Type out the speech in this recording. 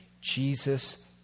Jesus